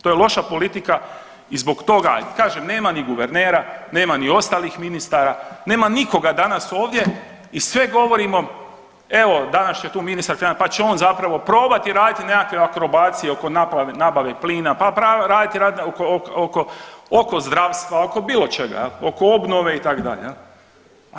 To je loša politika i zbog toga kažem nema ni guvernera, nema ni ostalih ministara, nema nikoga danas ovdje i sve govorimo evo danas će tu ministar financija pa će on zapravo probati raditi nekakve akrobacije oko nabave plina, pa raditi oko zdravstva, oko bilo čega, oko obnove itd. jel.